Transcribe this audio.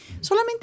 solamente